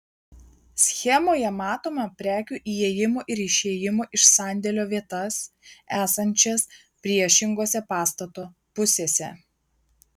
schemoje matome prekių įėjimo ir išėjimo iš sandėlio vietas esančias priešingose pastato pusėse